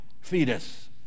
fetus